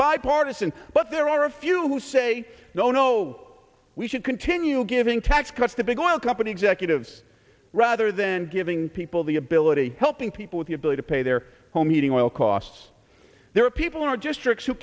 bipartisan but there are a few who say no no we should continue giving tax cuts to big oil company executives rather than giving people the ability helping people with the ability to pay their home heating oil costs there are people who are just tricks